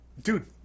dude